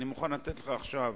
אני מוכן לתת לך עכשיו,